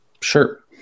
Sure